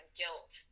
guilt